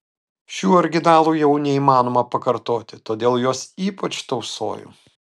šių originalų jau neįmanoma pakartoti todėl juos ypač tausoju